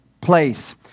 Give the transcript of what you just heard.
place